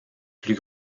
plus